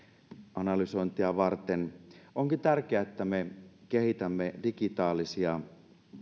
analysointia varten onkin tärkeää että me kehitämme digitaalisia